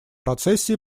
процессе